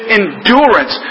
endurance